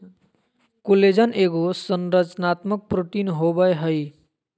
collagen एगो संरचनात्मक protein होबैय हइ